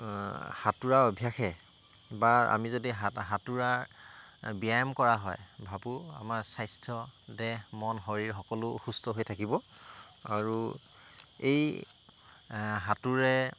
সাঁতোৰা অভ্যাসে বা আমি যদি সাঁতোৰা ব্যায়াম কৰা হয় ভাবোঁ আমাৰ স্বাস্থ্য দেহ মন শৰীৰ সকলো সুস্থ হৈ থাকিব আৰু এই সাঁতোৰে